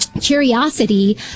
curiosity